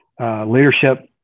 leadership